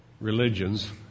religions